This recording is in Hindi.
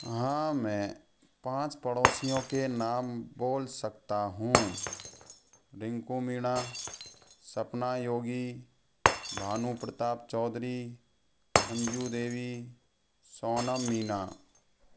हाँ मैं पाँच पड़ोसियों के नाम बोल सकता हूँ रिंकू मीना सपना योगी भानु प्रताप चौधरी अंजु देवी सोनम मीना